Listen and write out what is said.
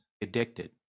addicted